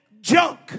junk